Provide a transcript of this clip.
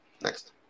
Next